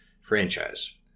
franchise